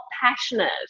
passionate